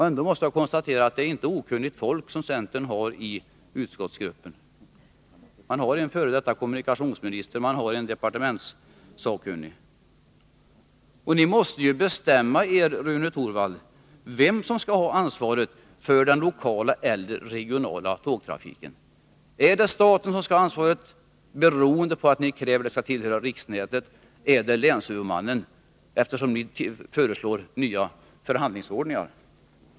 Ändå måste jag konstatera att centern inte har okunnigt folk i utskottsgruppen. Man har en före detta kommunikationsminister och en departementssakkunnig. Ni måste bestämma er, Rune Torwald, när det gäller vem som skall ha ansvar för den lokala och regionala tågtrafiken. Är det staten beroende på att ni kräver att banorna skall tillhöra riksnätet eller är det länshuvudmannen, eftersom ni föreslår nya förhandlingsordningar?